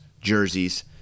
jerseys